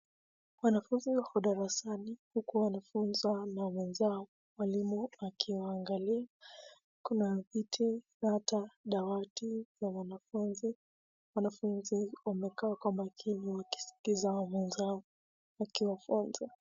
Wanafunzi wako darasani huku wanafunzwa na mwenzao mwalimu akiwaangalia kuna viti na ata dawati na wanafunzi, wanafunzi wamekaa kwa makini waskiza mwenzao akiwafunza.